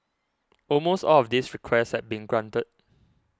almost all of these requests had been granted